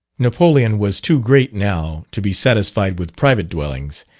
napoleon was too great now to be satisfied with private dwellings,